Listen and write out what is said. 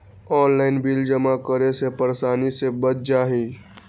Online bill जमा करे से परेशानी से बच जाहई?